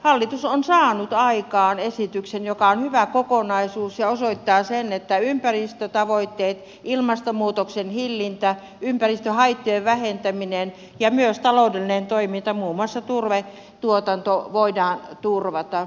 hallitus on saanut aikaan esityksen joka on hyvä kokonaisuus ja osoittaa sen että ympäristötavoitteet ilmastonmuutoksen hillintä ympäristöhaittojen vähentäminen ja myös taloudellinen toiminta muun muassa turvetuotanto voidaan turvata